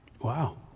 Wow